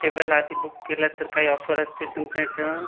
table आधी book केल्या तर काही ऑफर असतील तुमच्या ह्याच्यावर